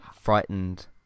frightened